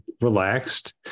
relaxed